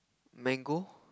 mango